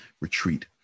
retreat